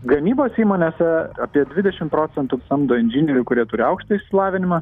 gamybos įmonėse apie dvidešim procentų samdo inžinierių kurie turi aukštą išsilavinimą